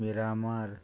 Miramar